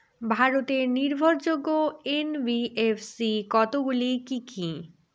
ভারতের নির্ভরযোগ্য এন.বি.এফ.সি কতগুলি কি কি?